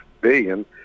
billion